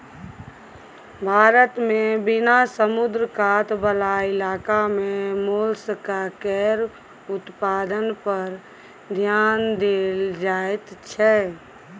भारत मे बिना समुद्र कात बला इलाका मे मोलस्का केर उत्पादन पर धेआन देल जाइत छै